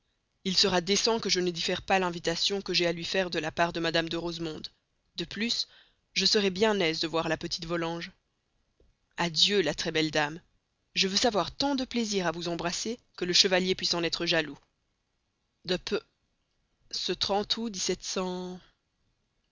il sera décent que je ne diffère pas l'invitation que j'ai à lui faire de la part de mme de rosemonde de plus je serai bien aise de voir la petite volanges adieu la très belle dame je veux avoir tant de plaisir à vous embrasser que le chevalier puisse en être jaloux de p ce août